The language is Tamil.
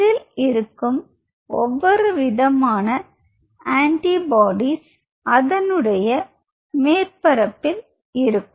இதில் இருக்கும் ஒவ்வொரு விதமான அண்டிபோடீஸ் அதனுடைய மேற்பரப்பில் இருக்கும்